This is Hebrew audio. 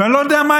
ואני לא יודע מה,